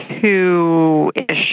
two-ish